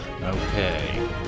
Okay